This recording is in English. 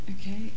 Okay